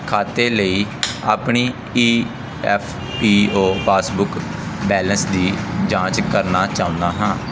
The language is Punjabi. ਖਾਤੇ ਲਈ ਆਪਣੀ E F P O passbook balance ਦੀ ਜਾਂਚ ਕਰਨਾ ਚਾਹੁੰਦਾ ਹਾਂ